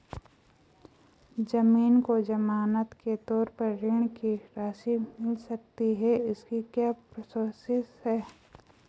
ज़मीन को ज़मानत के तौर पर ऋण की राशि मिल सकती है इसकी क्या प्रोसेस है?